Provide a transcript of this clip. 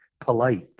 polite